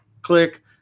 Click